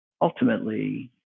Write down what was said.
ultimately